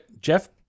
Jeff